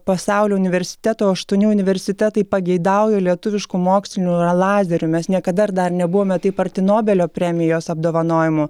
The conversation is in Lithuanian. pasaulio universitetų aštuoni universitetai pageidauja lietuviškų mokslinių lazerių mes niekada dar nebuvome taip arti nobelio premijos apdovanojimų